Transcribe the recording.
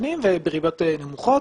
ובריביות נמוכות.